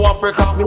Africa